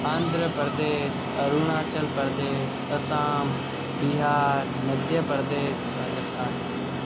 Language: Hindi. आँध्रप्रदेश अरुणाचल प्रदेश असाम बिहार मध्यप्रदेश राजस्थान